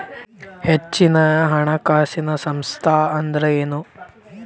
ಹೆಚ್ಚಿನ ಹಣಕಾಸಿನ ಸಂಸ್ಥಾ ಅಂದ್ರೇನು?